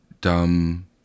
dumb